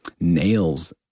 nails